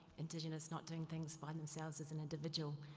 indigenous not doing things by themselves as an individual,